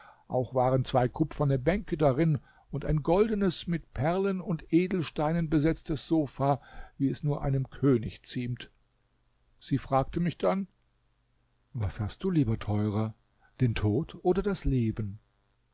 auch waren zwei kupferne bänke darin und ein goldenes mit perlen und edelsteinen besetztes sofa wie es nur einem könig ziemt sie fragte mich dann was hast du lieber teurer den tod oder das leben